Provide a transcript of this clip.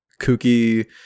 kooky